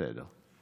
בסדר.